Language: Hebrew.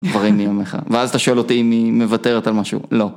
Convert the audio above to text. ואז אתה שואל אותי אם היא מוותרת על משהו. לא.